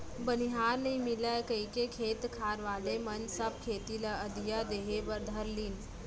बनिहार नइ मिलय कइके खेत खार वाले मन सब खेती ल अधिया देहे बर धर लिन